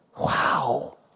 Wow